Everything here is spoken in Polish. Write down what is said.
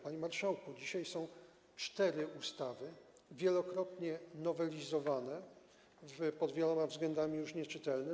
Panie marszałku, dzisiaj są cztery ustawy, wielokrotnie nowelizowane, pod wieloma względami już nieczytelne.